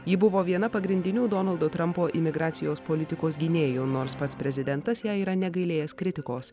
ji buvo viena pagrindinių donaldo trampo imigracijos politikos gynėjų nors pats prezidentas jai yra negailėjęs kritikos